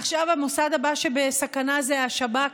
עכשיו המוסד הבא שבסכנה זה השב"כ,